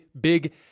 big